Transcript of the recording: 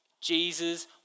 Jesus